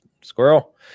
Squirrel